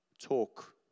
talk